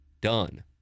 Done